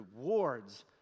rewards